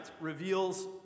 reveals